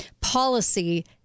policy